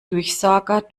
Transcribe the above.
durchsager